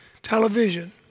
television